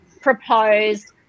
proposed